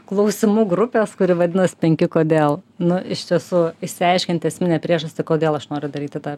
klausimų grupės kuri vadinas penki kodėl nu iš tiesų išsiaiškint esminę priežastį kodėl aš noriu daryti tą